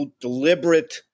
deliberate